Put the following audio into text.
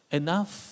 enough